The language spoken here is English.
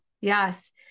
yes